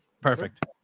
perfect